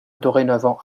dorénavant